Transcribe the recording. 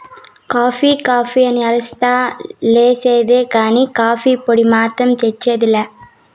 coffee coffee అని అరస్తా లేసేదే కానీ, కాఫీ పొడి మాత్రం తెచ్చేది లా